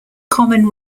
common